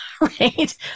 right